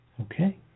Okay